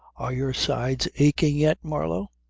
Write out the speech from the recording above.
are your sides aching yet, marlow?